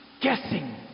guessing